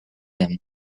them